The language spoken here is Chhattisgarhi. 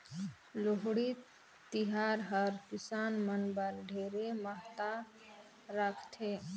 लोहड़ी तिहार हर किसान मन बर ढेरे महत्ता राखथे